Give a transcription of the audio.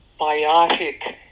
biotic